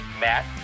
Matt